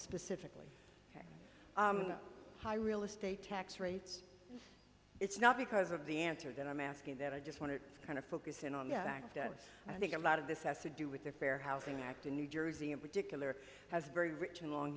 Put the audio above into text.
specifically high real estate tax rates it's not because of the answer that i'm asking that i just want to kind of focus in on the act of i think a lot of this has to do with the fair housing act in new jersey in particular has very rich and long